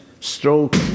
Stroke